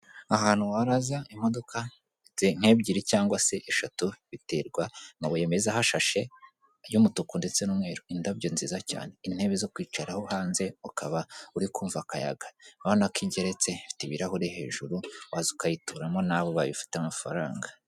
Ahantu waraza imodoka nk'ebyiri cyangwa se eshatu biterwa amabuye meza ahashashe y'umutuku ndetse n'umweru indabyo nziza cyane intebe zo kwicararaho hanze ukaba uri kumva akayaga urabona ko igeretse ifite ibirahure hejuru waza ukayituramo nawe ubaye ufite amafaranga.